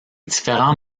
différents